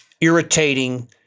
irritating